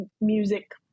music